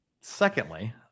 secondly